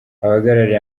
abahagarariye